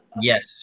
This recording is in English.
Yes